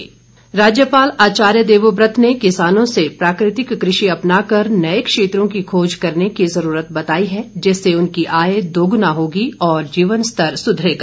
दौरा राज्यपाल आचार्य देवव्रत ने किसानों से प्राकृतिक कृषि अपनाकर नए क्षेत्रों की खोज करने की जरूरत बताई है जिससे उनकी आय दोगुना होगी और जीवन स्तर सुधरेगा